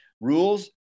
rules